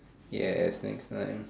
yes next time